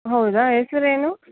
ಹೌದಾ ಹೆಸ್ರು ಏನು